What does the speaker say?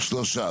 שלושה.